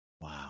Wow